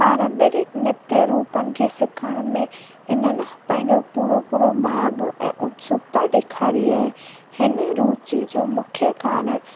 पारंपरिक नृतु रूपनि खे सिखण में इन्हनि पंहिंजो पूरो पूरो भाॻ ऐं उत्सुक्ता ॾेखारी आहे हिन रूचि जो मुख्यु कारण